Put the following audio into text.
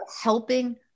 helping